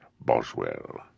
Boswell